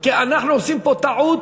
כי אנחנו עושים פה טעות.